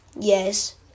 Yes